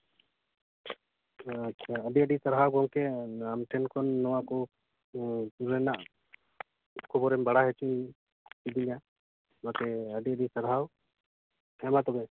ᱟᱪᱪᱷᱟ ᱟᱹᱰᱤ ᱟᱹᱰᱤ ᱥᱟᱨᱦᱟᱣ ᱜᱮᱝᱠᱮ ᱟᱢ ᱴᱷᱮᱱ ᱠᱷᱚᱱ ᱱᱚᱣᱟ ᱠᱚ ᱠᱩᱠᱞᱤ ᱨᱮᱱᱟᱜ ᱠᱷᱚᱵᱚᱨᱮᱢ ᱵᱟᱲᱟᱭ ᱦᱚᱪᱚᱧ ᱠᱤᱫᱤᱧᱟ ᱚᱱᱟᱛᱮ ᱟᱹᱰᱤ ᱟᱹᱤᱰ ᱥᱟᱨᱦᱟᱣ ᱦᱮᱸᱢᱟ ᱛᱚᱵᱮ